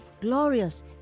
glorious